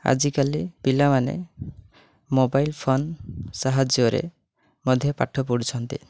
ଆଜିକାଲି ପିଲାମାନେ mobile phone ସାହାଯ୍ୟରେ ମଧ୍ୟ ପାଠ ପଢ଼ୁଛନ୍ତି